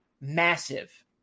massive